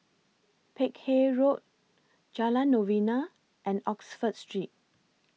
Peck Hay Road Jalan Novena and Oxford Street